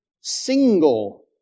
single